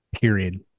period